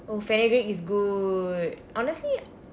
oh fenugreek is good honestly